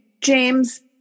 James